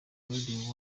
radio